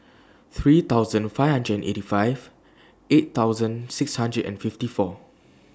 three thousand five hundred and eighty five eight thousand six hundred and fifty four